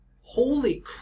holy